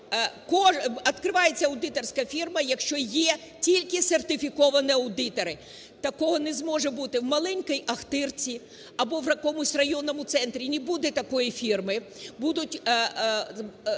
якщо відкривається аудиторська фірма, якщо є тільки сертифіковані аудитори. Такого не може бути в маленькій Ахтирці або в якомусь районному центрі